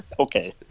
okay